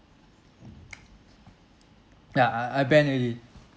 ya I I ban already